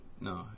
No